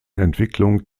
entwicklung